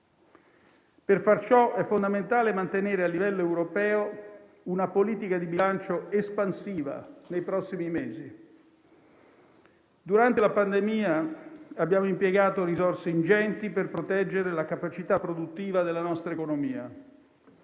Per far ciò è fondamentale mantenere a livello europeo una politica di bilancio espansiva nei prossimi mesi. Durante la pandemia abbiamo impiegato risorse ingenti per proteggere la capacità produttiva della nostra economia,